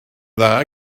dda